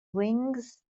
wings